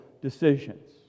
decisions